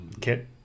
kit